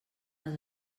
les